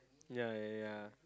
ya ya ya